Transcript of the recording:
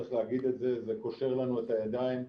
זה קושר לנו את הידיים.